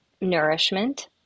nourishment